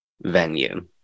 venue